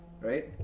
Right